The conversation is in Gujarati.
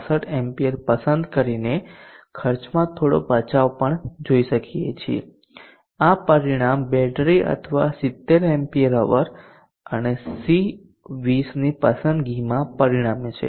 65A પસંદ કરીને ખર્ચમાં થોડો બચાવ પણ જોઈ શકીએ છીએ આ પરિણામ બેટરી અથવા 70 Ah અને C20 ની પસંદગીમાં પરિણમે છે